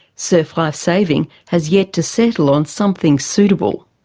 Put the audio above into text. surf life saving has yet to settle on something suitable.